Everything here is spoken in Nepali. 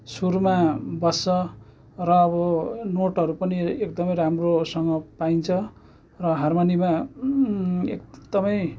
सुरमा बस्छ र अब नोटहरू पनि एकदमै राम्रोसँग पाइन्छ र हारमनीमा एकदमै